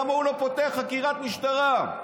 למה הוא לא פותח חקירת משטרה.